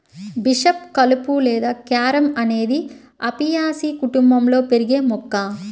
bishop కలుపు లేదా carom అనేది అపియాసి కుటుంబంలో పెరిగే మొక్క